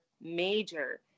major